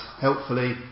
helpfully